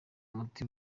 umuti